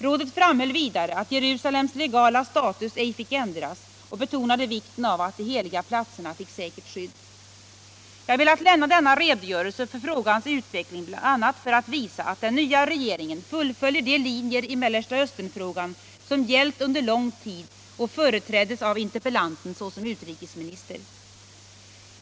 Rådet framhöll vidare att Jerusalems legala status ej fick ändras och betonade vikten av att de heliga platserna fick säkert skydd. Jag har velat lämna denna redogörelse för frågans utveckling bl.a. för att visa att den nya regeringen fullföljer de linjer i Mellersta Östernfrågan som gällt under lång tid och företräddes av interpellanten såsom utrikesminister.